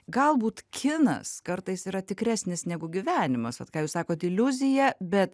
galbūt kinas kartais yra tikresnis negu gyvenimas vat ką jūs sakot iliuzija bet